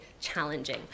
challenging